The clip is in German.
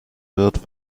wird